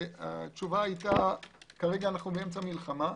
התשובה היתה: כרגע אנחנו באמצע מלחמה,